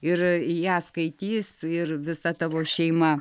ir ją skaitys ir visa tavo šeima